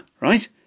right